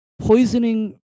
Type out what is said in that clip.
poisoning